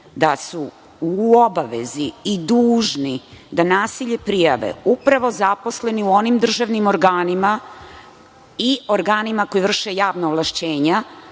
da su u obavezi i dužni da nasilje prijave upravo zaposleni u onim državnim organima i organima koji vrše javna ovlašćenja